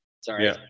Sorry